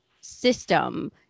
system